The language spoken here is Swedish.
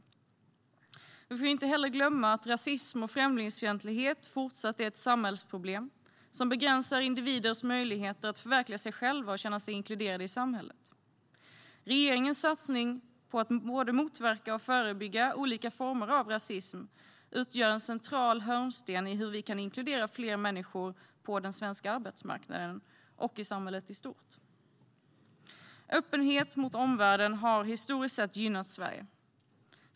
Men vi får inte glömma att rasism och främlingsfientlighet fortsatt är ett samhällsproblem som begränsar individers möjligheter att förverkliga sig själva och känna sig inkluderade i samhället. Regeringens satsning på att både motverka och förebygga olika former av rasism utgör en central hörnsten i hur vi kan inkludera fler människor på den svenska arbetsmarknaden och i samhället i stort. Öppenhet mot omvärlden har historiskt sett gynnat Sverige.